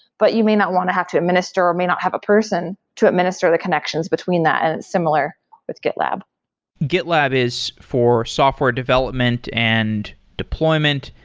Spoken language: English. but you may not want to have administer, or may not have a person to administer the connections between that and similar with gitlab gitlab is for software development and deployment.